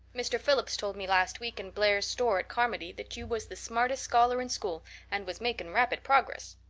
mr. phillips told me last week in blair's store at carmody that you was the smartest scholar in school and was making rapid progress.